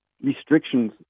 Restrictions